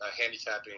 handicapping